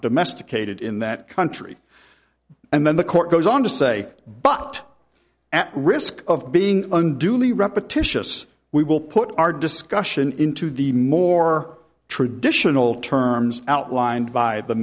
domesticated in that country and then the court goes on to say but at risk of being unduly repetitious we will put our discussion into the more traditional terms outlined by the